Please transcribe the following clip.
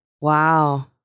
wow